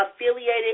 affiliated